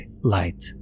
light